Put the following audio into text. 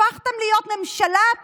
הפכתם להיות ממשלת